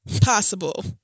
possible